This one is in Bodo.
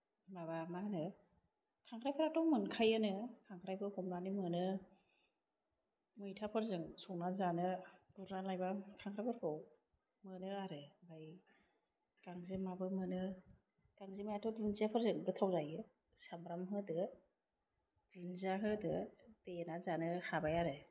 माबा मा होनो खांख्रायफ्राथ' मोनखायोनो खांख्राइबो हमनानै मोनो मैथाफोरजों संना जानो गुरना लायबा खांख्राइफोरखौ मोनो आरो आमफ्राय गांजेमाबो मोनो आरो गांजेमायाथ' दुनजियाफोरजों गोथाव जायो सामब्राम होदो दुनजिया होदो देना जानो हाबाय आरो